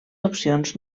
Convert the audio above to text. opcions